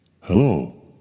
Hello